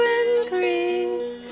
increase